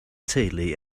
teulu